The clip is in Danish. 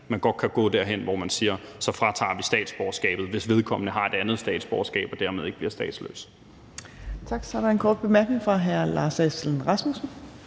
man godt kan gå derhen, hvor man siger: Så fratager vi statsborgerskabet, hvis vedkommende har et andet statsborgerskab og dermed ikke bliver statsløs. Kl. 14:59 Tredje næstformand (Trine Torp): Tak. Så er der en kort bemærkning fra hr. Lars Aslan Rasmussen.